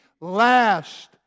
last